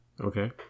Okay